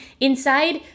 inside